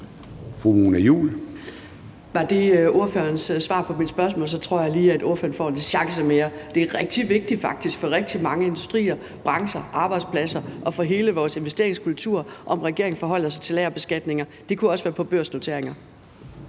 Juul (KF): Hvis det var ordførerens svar på mit spørgsmål, tror jeg lige, at ordføreren får en chance mere. Det er faktisk rigtig vigtigt for rigtig mange industrier, brancher, arbejdspladser og for hele vores investeringskultur, at regeringen forholder sig til lagerbeskatning – det kunne også være på børsnoteringer.